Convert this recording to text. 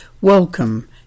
welcome